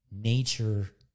nature